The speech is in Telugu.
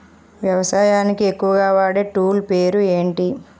వ్యవసాయానికి ఎక్కువుగా వాడే టూల్ పేరు ఏంటి?